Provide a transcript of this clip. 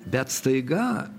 bet staiga